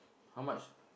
how much